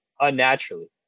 unnaturally